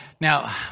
now